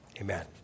amen